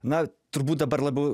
na turbūt dabar labiau